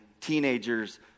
teenagers